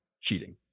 cheating